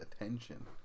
attention